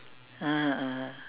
(uh huh) (uh huh)